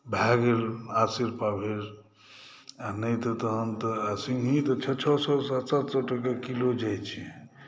भए गेल आसेर पाव भरि आ नहि तऽ तहन तऽ सिन्घी तऽ छओ छओ सए सात सात सए टके जाइ छै